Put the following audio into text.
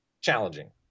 challenging